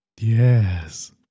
Yes